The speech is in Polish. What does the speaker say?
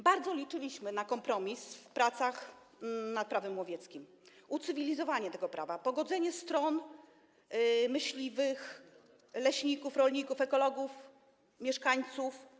Bardzo liczyliśmy na kompromis w pracach nad Prawem łowieckim, ucywilizowanie tego prawa, pogodzenie stron: myśliwych, leśników, rolników, ekologów, mieszkańców.